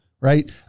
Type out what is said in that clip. right